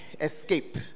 Escape